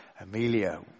Amelia